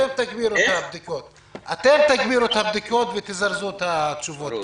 אתם תגבירו את הבדיקות ותזרזו את התשובות.